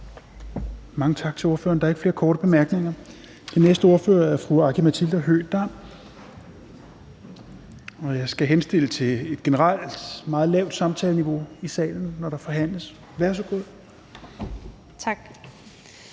Mange tak til ordføreren. Der er ikke flere korte bemærkninger. Den næste ordfører er fru Aki-Matilda Høegh-Dam. Jeg skal henstille til, at der generelt skal være et meget lavt samtaleniveau i salen, når der forhandles. Værsgo. Kl.